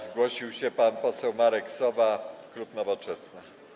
Zgłosił się pan poseł Marek Sowa, klub Nowoczesna.